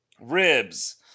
ribs